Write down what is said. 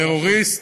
טרוריסט.